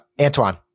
Antoine